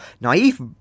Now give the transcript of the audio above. naive